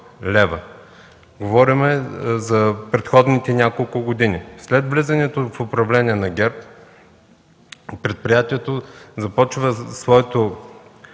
Говорим за предходните няколко години. След поемане на управлението от ГЕРБ предприятието започва да